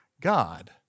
God